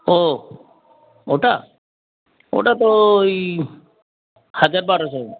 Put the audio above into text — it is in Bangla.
ও ওটা ওটা তো ওই হাজার বারোশো